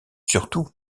surtout